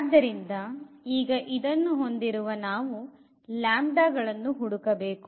ಆದ್ದರಿಂದ ಈಗ ಇದನ್ನು ಹೊಂದಿರುವ ನಾವು ಲ್ಯಾಂಬ್ಡಾಗಳನ್ನು ಹುಡುಕಬೇಕು